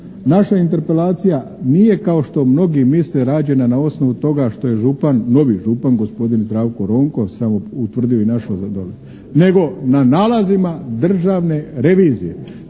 naša interpelacija nije kao što mnogi misle rađena na osnovu toga što je župan, novi župan gospodin Zdravko Ronko samo utvrdio i našo se dolje, nego na nalazima Državne revizije,